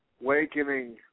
wakening